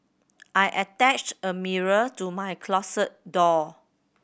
I attached a mirror to my closet door